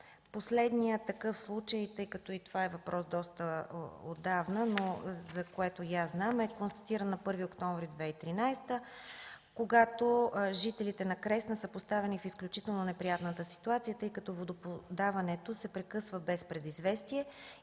Последният такъв случай, тъй като и това е въпрос от доста отдавна, но това, което и аз знам, е, че е констатиран на 1 октомври 2013 г., когато жителите на Кресна са поставени в изключително неприятна ситуация, тъй като водоподаването се прекъсва без предизвестие